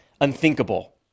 unthinkable